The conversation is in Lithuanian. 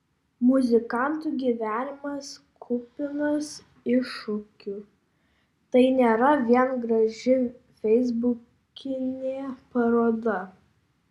muzikantų gyvenimas kupinas iššūkių tai nėra vien graži feisbukinė paroda